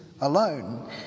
alone